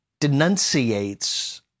denunciates